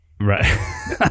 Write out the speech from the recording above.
Right